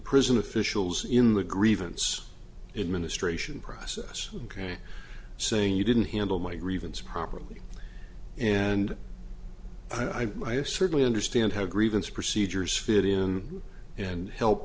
prison officials in the grievance it ministration process ok saying you didn't handle my grievance properly and i certainly understand how grievance procedures fit in and help